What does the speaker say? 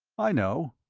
i know.